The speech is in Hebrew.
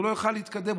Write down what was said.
הוא לא יוכל להתקדם,